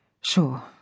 Sure